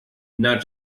not